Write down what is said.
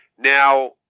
Now